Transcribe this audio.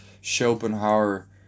Schopenhauer